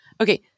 Okay